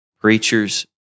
preachers